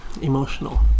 Emotional